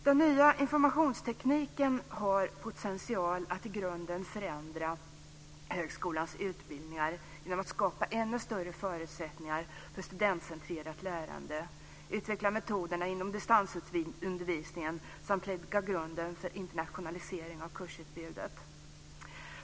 Den nya informationstekniken har potential att i grunden förändra högskolans utbildningar genom att skapa ännu större förutsättningar för ett studentcentrerat lärande, utveckla metoderna inom distansundervisningen samt lägga grunden för internationalisering av kursutbudet.